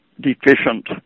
deficient